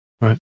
right